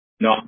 No